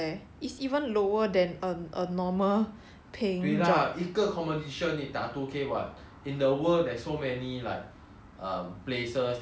对 lah 一个 competition 你打 two K what in the world there's so many like um places so many different competitions with everything being online